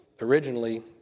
originally